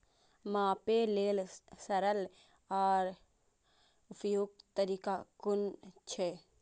मापे लेल सरल आर उपयुक्त तरीका कुन छै?